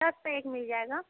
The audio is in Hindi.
दस पर एक मिल जाएगा